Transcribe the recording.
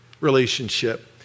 relationship